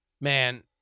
man